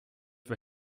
für